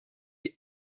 die